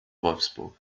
wolfsburg